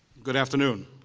good afternoon.